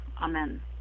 Amen